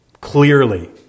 clearly